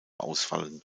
ausfallen